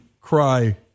cry